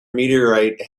meteorite